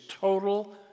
total